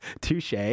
Touche